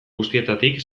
guztietatik